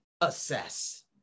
assess